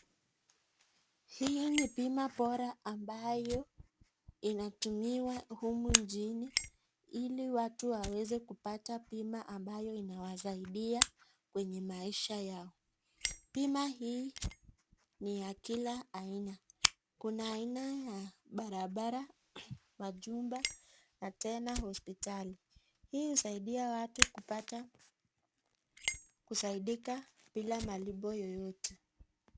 Hii ni bima bora ambayo inatumiwa humu nchini ili watu waweze kupata bima ambayo inawasaidia kwenye maisha yao. Bima hii ni ya kila aina, kuna aina ya barabara, manyumba, na tena hospitali. Hii husahidia watu kupata kusaidika bila malipo yoyote.